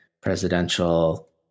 presidential